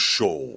Show